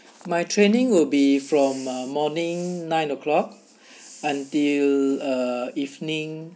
my training will be from um morning nine o'clock until uh evening